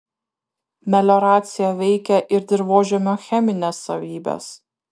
melioracija veikia ir dirvožemio chemines savybes